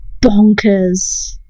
bonkers